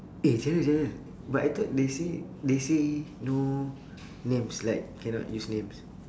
eh gerald gerald but I thought they say they say no names like cannot give names